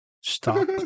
Stop